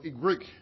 Greek